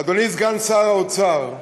אדוני סגן שר האוצר,